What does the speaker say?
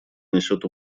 несет